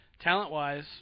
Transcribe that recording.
talent-wise